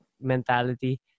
mentality